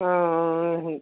ହଁଁ ହଁ